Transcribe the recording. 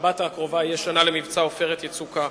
בשבת הקרובה תמלא שנה למבצע "עופרת יצוקה".